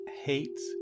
hates